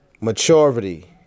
Maturity